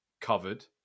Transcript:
covered